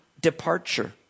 departure